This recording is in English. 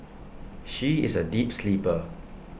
she is A deep sleeper